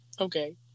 okay